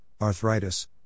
arthritis